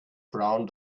brown